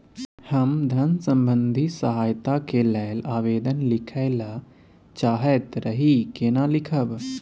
हम धन संबंधी सहायता के लैल आवेदन लिखय ल चाहैत रही केना लिखब?